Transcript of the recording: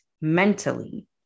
mentally